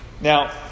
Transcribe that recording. Now